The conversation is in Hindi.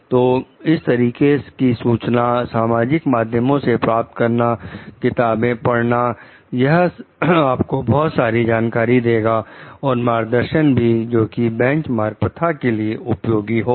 तो इस तरीके की सूचनाएं सामाजिक माध्यमों से प्राप्त करना किताबें पढ़ना यह आपको बहुत सारी जानकारी देगा और मार्गदर्शन भी जो की बेंच मार्क प्रथा के लिए उपयोगी होगा